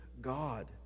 God